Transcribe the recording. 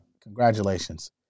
congratulations